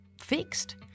fixed